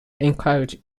encouraged